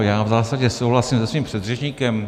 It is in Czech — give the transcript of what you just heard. Já v zásadě souhlasím se svým předřečníkem.